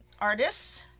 artists